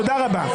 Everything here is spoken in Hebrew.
תודה רבה.